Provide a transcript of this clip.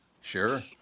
Sure